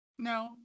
No